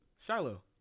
Shiloh